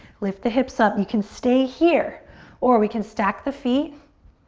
lift the hips up you can stay here or we can stack the feet.